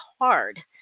hard